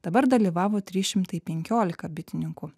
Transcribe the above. dabar dalyvavo trys šimtai penkiolika bitininkų